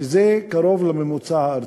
שזה קרוב לממוצע הארצי.